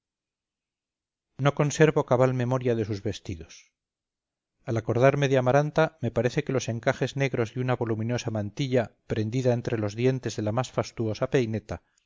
no conservo cabal memoria de sus vestidos al acordarme de amaranta me parece que los encajes negros de una voluminosa mantilla prendida entre los dientes de la más fastuosa peineta